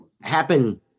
happen